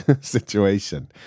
situation